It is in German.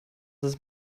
ist